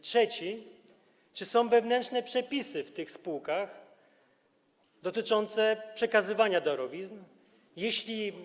Trzecie: Czy są wewnętrzne przepisy w tych spółkach dotyczące przekazywania darowizn?